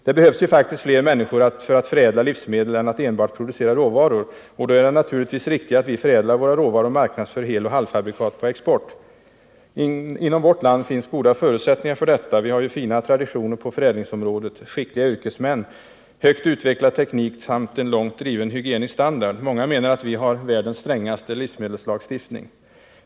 Det behövs ju faktiskt fler människor för att förädla livsmedel än för att enbart producera råvaror, och då är det naturligtvis riktigare att vi förädlar våra råvaror och marknadsför heloch halvfabrikat på export. Inom vårt land finns goda förutsättningar för detta. Vi har fina traditioner på förädlingsområdet, skickliga yrkesmän, högt utvecklad teknik samt en långt driven hygienisk standard. Många menar att vi har världens strängaste livsmedelslagstiftning.